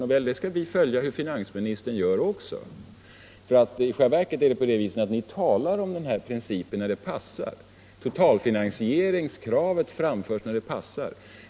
Nåväl — vi skall följa hur finansministern gör också, för i själva verket är det så att ni framför totalfinansieringskravet när det passar.